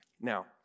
Now